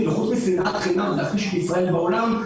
ומלבד שנאת חינם שמכפישה את ישראל בעולם,